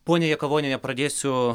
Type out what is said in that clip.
ponia jakavoniene pradėsiu